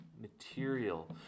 material